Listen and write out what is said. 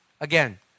again